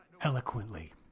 eloquently